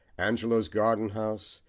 angelo's garden-house,